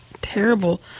terrible